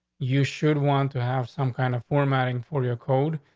you should want to have some kind of formatting for your code,